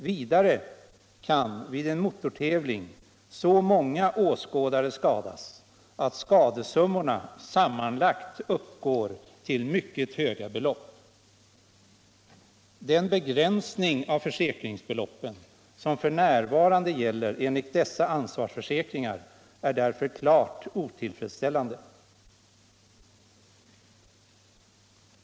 Vidare kan vid en motortävling så många åskådare skadas att skadesummorna sammanlagt uppgår till mycket höga belopp. Den begränsning av försäkringsbeloppen som f. n. gäller enligt dessa ansvarsförsäkringar är därför klart otillfredsställande.